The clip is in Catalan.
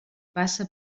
passa